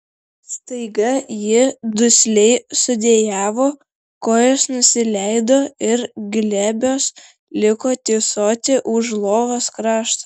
staiga ji dusliai sudejavo kojos nusileido ir glebios liko tysoti už lovos krašto